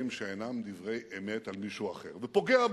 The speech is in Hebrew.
שאינם דברי אמת על מישהו אחר ופוגע בו.